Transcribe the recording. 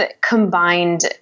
combined